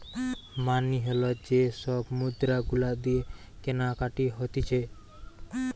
মানি হল যে সব মুদ্রা গুলা দিয়ে কেনাকাটি হতিছে